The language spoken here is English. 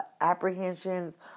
apprehensions